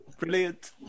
brilliant